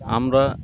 আমরা